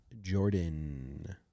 Jordan